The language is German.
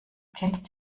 kennst